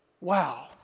Wow